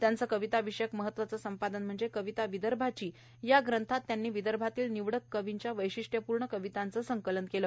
त्यांचे कविताविषयक महत्त्वाचे संपादन म्हणजे कविता विदर्भाची या ग्रंथात त्यांनी विदर्भातील निवडक कवींच्या वैशिष्ट्यपूर्ण कवितांचे संकलन केले